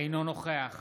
אינו נוכח